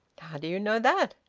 how do you know that?